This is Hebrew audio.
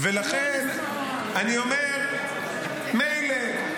לכן אני אומר: מילא,